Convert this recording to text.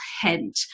hint